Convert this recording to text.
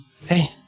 Hey